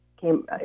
came